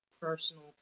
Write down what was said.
personal